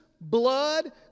blood